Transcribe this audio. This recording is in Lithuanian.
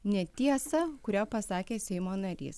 netiesą kurią pasakė seimo narys